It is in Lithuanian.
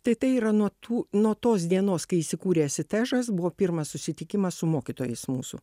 tai tai yra nuo tų nuo tos dienos kai įsikūrė asitežas buvo pirmas susitikimas su mokytojais mūsų